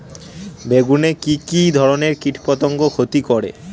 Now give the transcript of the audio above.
বেগুনে কি কী ধরনের কীটপতঙ্গ ক্ষতি করে?